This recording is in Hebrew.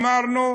אמרנו: